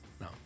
No